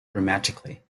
dramatically